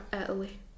Italy